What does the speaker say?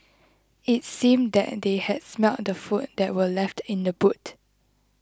it seemed that they had smelt the food that were left in the boot